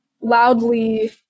loudly